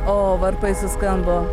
o varpai suskambo